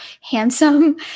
handsome